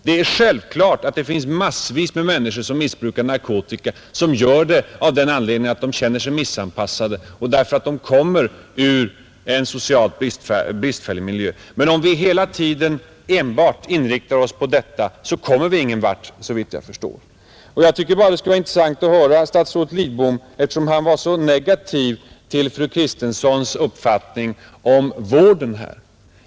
Det är självklart att massvis med människor missbrukar narkotika av den anledningen att de känner sig missanpassade och därför att de kommer ur en socialt bristfällig miljö. Men om vi hela tiden enbart inriktar oss på detta, kommer vi ingen vart, såvitt jag förstår. Statsrådet Lidbom var negativ till fru Kristenssons uppfattning om vården.